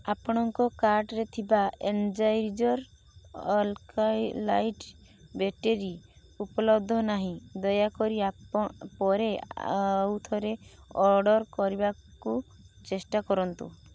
ଆପଣଙ୍କ କାର୍ଡ଼ରେ ଥିବା ଏନର୍ଜାଇଜର୍ ଅଲ୍କାଇ ଲାଇଟ୍ ବ୍ୟାଟେରୀ ଉପଲବ୍ଧ ନାହିଁ ଦୟାକରି ଆପ ପରେ ଆଉ ଥରେ ଅର୍ଡ଼ର୍ କରିବାକୁ ଚେଷ୍ଟା କରନ୍ତୁ